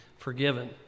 forgiven